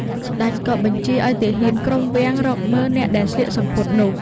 ស្ដេចក៏បញ្ជាឱ្យទាហានក្រុមវាំងរកមើលអ្នកដែលស្លៀកសំពត់នោះ។